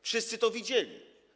Wszyscy to widzieli.